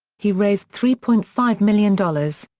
he raised three point five million dollars.